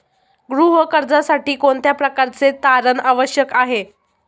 गृह कर्जासाठी कोणत्या प्रकारचे तारण आवश्यक आहे?